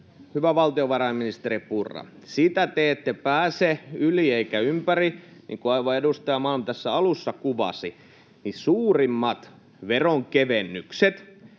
Hyvä valtiovarainministeri Purra, siitä te ette pääse yli eikä ympäri — aivan niin kuin edustaja Malm tässä alussa kuvasi — että suurimmat veronkevennykset